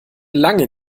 lange